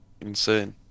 Insane